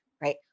right